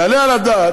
יעלה על הדעת